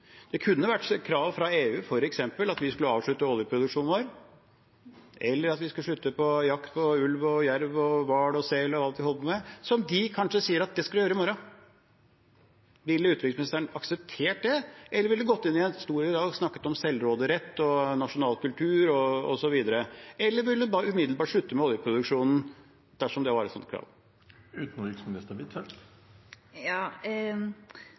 Det kunne f.eks. komme krav fra EU om at vi skal avslutte oljeproduksjonen vår, eller at vi skal slutte med jakt på ulv, jerv, hval og sel og alt vi holder på med, som de kanskje sier at vi skal gjøre fra i morgen av. Ville utenriksministeren akseptert det? Eller ville hun gått inn på historien og snakket om selvråderett, nasjonal kultur osv.? Eller ville hun umiddelbart sluttet med oljeproduksjonen dersom det kom et